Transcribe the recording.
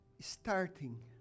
starting